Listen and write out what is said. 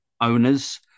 owners